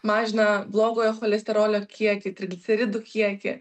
mažina blogojo cholesterolio kiekį trigliceridų kiekį